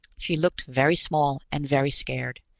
she looked very small and very scared,